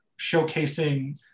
showcasing